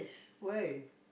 why